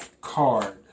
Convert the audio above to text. card